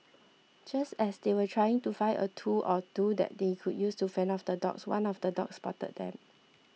just as they were trying to find a tool or two that they could use to fend off the dogs one of the dogs spotted them